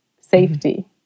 safety